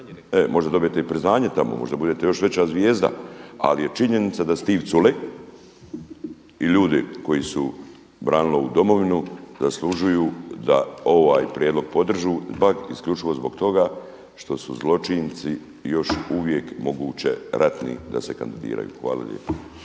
možda dobijete i priznanje tamo, možda budete još veća zvijezda. Ali je činjenica da Stiv Culej i ljudi koji su branili ovu domovinu zaslužuju da ovaj prijedlog podrže bar isključivo zbog toga što su zločinci još uvijek moguće ratni da se kandidiraju. Hvala lijepo.